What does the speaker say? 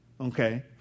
Okay